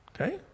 Okay